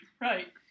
Right